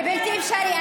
זה בלתי אפשרי,